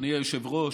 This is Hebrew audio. אדוני היושב-ראש,